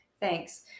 thanks